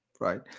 right